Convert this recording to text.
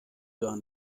gar